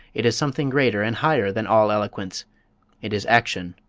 it is something greater and higher than all eloquence it is action,